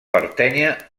pertànyer